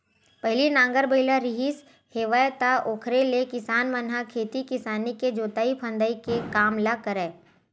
पहिली नांगर बइला रिहिस हेवय त ओखरे ले किसान मन ह खेती किसानी के जोंतई फंदई के काम ल करय